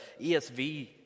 ESV